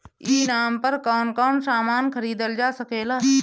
ई नाम पर कौन कौन समान खरीदल जा सकेला?